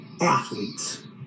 athletes